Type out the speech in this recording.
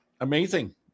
Amazing